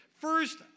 First